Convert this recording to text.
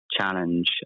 challenge